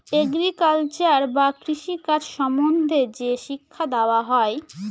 agriculture বা কৃষি কাজ সম্বন্ধে যে শিক্ষা দেওয়া হয়